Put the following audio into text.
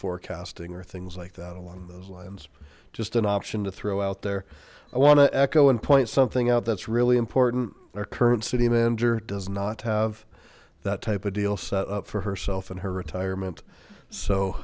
forecasting or things like that along those lines just an option to throw out there i want to echo and point something out that's really important our current city manager does not have that type of deal set up for herself in her retirement so